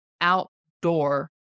outdoor